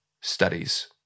studies